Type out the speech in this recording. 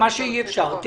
מה שמופיע בנוהל.